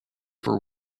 for